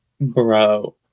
Bro